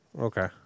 Okay